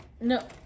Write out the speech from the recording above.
No